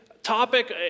Topic